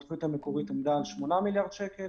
בתוכנית המקורית עמדה על 8 מיליארד שקל,